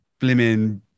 blimmin